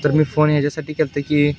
तर मी फोन ह्याच्यासाठी केला होता की